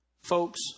Folks